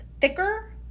thicker